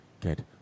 good